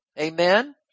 Amen